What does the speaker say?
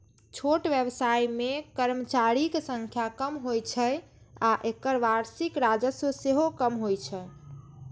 छोट व्यवसाय मे कर्मचारीक संख्या कम होइ छै आ एकर वार्षिक राजस्व सेहो कम होइ छै